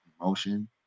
emotion